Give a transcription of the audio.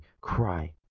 cry